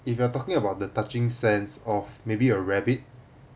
if you are talking about the touching sense of maybe a rabbit